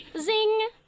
Zing